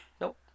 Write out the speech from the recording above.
Nope